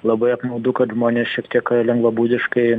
labai apmaudu kad žmonės šiek tiek lengvabūdiškai